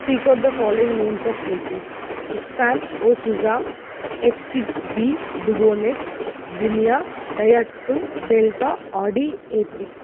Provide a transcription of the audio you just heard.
speak out the following names of vehicles Hispano Suiza H six B Dubonnet Xenia Daihatsu Delta R D A three